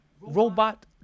Robot